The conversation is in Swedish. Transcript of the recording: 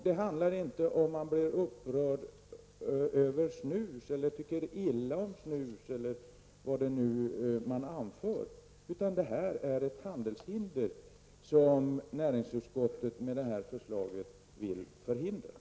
Det handlar inte om huruvida man blir upprörd över snus, huruvida man tycker illa om snus eller vad man nu anför, utan näringsutskottet vill med sitt förslag avstyra ett handelshinder.